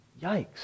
Yikes